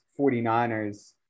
49ers